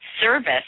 service